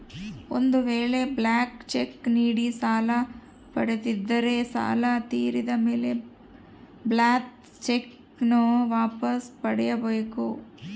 ಒಂದು ವೇಳೆ blank cheque ನೀಡಿ ಸಾಲ ಪಡೆದಿದ್ದರೆ ಸಾಲ ತೀರಿದ ಮೇಲೆ ಬ್ಲಾಂತ್ ಚೆಕ್ ನ್ನು ವಾಪಸ್ ಪಡೆಯ ಬೇಕು